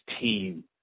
team